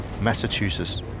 Massachusetts